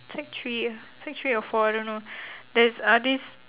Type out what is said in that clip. sec three uh sec three or four I don't know there uh this